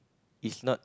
is not